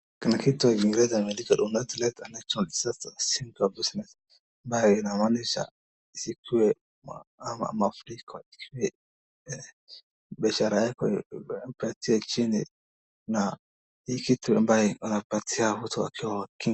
Kuna kitu kwa Kiingereza wameandika Do not let a natural disaster sink your business ambayo inamaanisha isipokuwe ama mafuriko yakuwe biashara yako imepotea chini na hii kitu ambayo anapatia mtu akiwa.